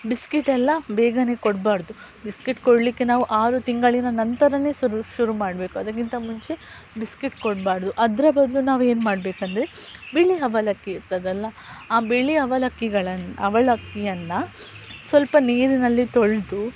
ಬಿಸ್ಕೆಟೆಲ್ಲ ಬೇಗನೇ ಕೊಡಬಾರ್ದು ಬಿಸ್ಕೆಟ್ ಕೊಡಲಿಕ್ಕೆ ನಾವು ಆರು ತಿಂಗಳಿನ ನಂತರವೇ ಶುರು ಶುರು ಮಾಡಬೇಕು ಅದಕ್ಕಿಂತ ಮುಂಚೆ ಬಿಸ್ಕೆಟ್ ಕೊಡಬಾರ್ದು ಅದರ ಬದಲು ನಾವೇನು ಮಾಡಬೇಕಂದ್ರೆ ಬಿಳಿ ಅವಲಕ್ಕಿ ಇರ್ತದಲ್ಲ ಆ ಬಿಳಿ ಅವಲಕ್ಕಿಗಳನ್ನ ಅವಲಕ್ಕಿಯನ್ನು ಸ್ವಲ್ಪ ನೀರಿನಲ್ಲಿ ತೊಳೆದು